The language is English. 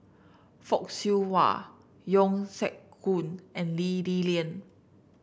Fock Siew Wah Yeo Siak Goon and Lee Li Lian